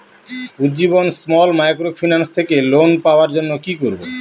Ujjivan small microfinance থেকে loan পাওয়ার জন্য কি করব?